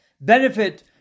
benefit